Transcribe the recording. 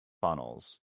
funnels